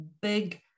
big